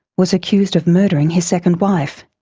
was accused of murdering his second wife,